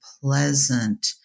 pleasant